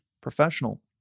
professional